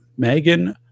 Megan